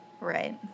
Right